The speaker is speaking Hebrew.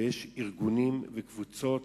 ויש ארגונים וקבוצות